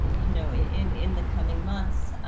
you know, in in the coming months,